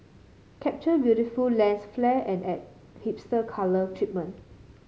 capture beautiful lens flare and add hipster colour treatment